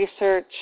research